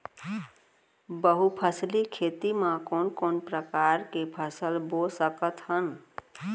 बहुफसली खेती मा कोन कोन प्रकार के फसल बो सकत हन?